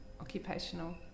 occupational